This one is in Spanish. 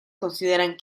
consideran